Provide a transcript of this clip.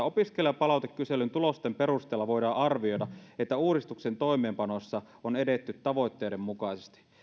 opiskelijapalautekyselyn tulosten perusteella voidaan arvioida että uudistuksen toimeenpanossa on edetty tavoitteiden mukaisesti